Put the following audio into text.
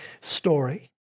story